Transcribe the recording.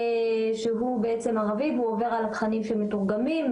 שהוא ערבי ועובר על התכנים שמתורגמים,